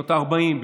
בשנות הארבעים,